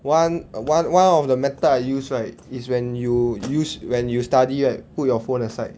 one err one one of the method I use right is when you use when you study right put your phone aside